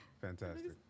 Fantastic